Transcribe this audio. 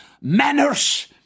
manners